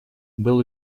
был